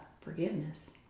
forgiveness